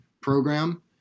program